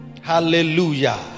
Hallelujah